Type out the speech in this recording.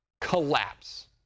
collapse